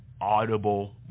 audible